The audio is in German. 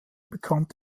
bekannt